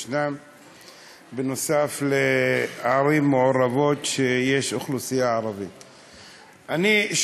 ויש ערים מעורבות שבהן יש אוכלוסייה ערבית.